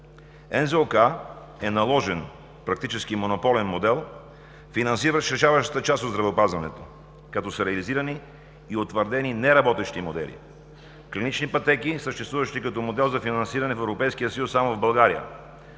каса е наложен, практически монополен модел, финансиращ решаващата част от здравеопазването, като са реализирани и утвърдени неработещи модели: клинични пътеки, съществуващи като модел за финансиране в Европейския